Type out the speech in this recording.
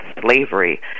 slavery